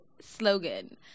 Slogan